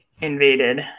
invaded